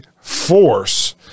force